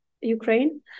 Ukraine